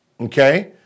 okay